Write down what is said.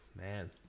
Man